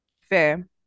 Fair